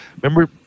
Remember